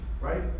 right